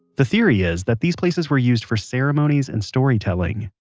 the theory is that these places were used for ceremonies and storytelling.